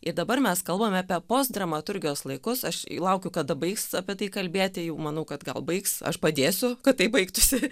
ir dabar mes kalbame apie postdramaturgijos laikus aš laukiu kada baigs apie tai kalbėti jau manau kad gal baigs aš padėsiu kad tai baigtųsi